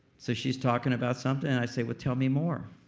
so she's talking about something, i say, well tell me more.